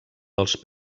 dels